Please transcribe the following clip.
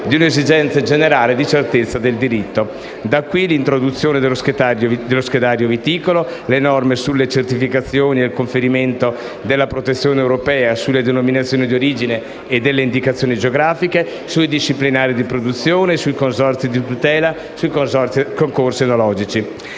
di un'esigenza generale di certezza del diritto. Da qui l'introduzione dello schedario viticolo, le norme sulle certificazioni e il conferimento della protezione europea sulle denominazioni di origine e delle indicazioni geografiche, sui disciplinari di produzione, sui consorzi di tutela, sui concorsi enologici.